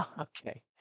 Okay